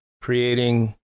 creating